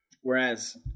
Whereas